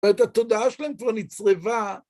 את התודעה שלהם כבר נצרבה.